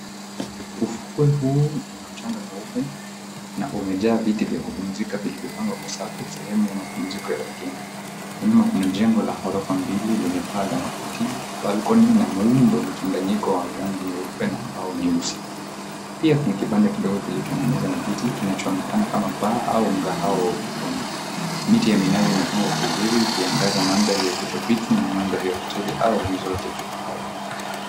Ufukwe huu una mchanga mweupe na umejaa viti vya kupumzika vilivyopangwa kwa safu sehemu ya mapumziko ya wageni. Huko nyuma kuna jengo la ghorofa mbili lenye paa la makuti, balcony ina muundo mchangayiko wa rangi nyeupe na mbao nyeusi. Pia kuna kibanda kidogo kilicho na meza na viti kinachoonekana kama paa au mkahawa wa ufukoni. Miti ya minazi imepangwa kuzuri ikiangaza mandhari ya kitropiki na mandhari ya hoteli au resort ya kifahari.